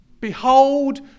behold